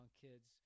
kids